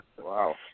Wow